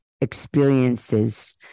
experiences